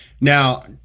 Now